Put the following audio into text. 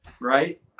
Right